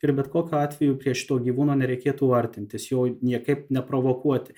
ir bet kokiu atveju prie šito gyvūno nereikėtų artintis jo niekaip neprovokuoti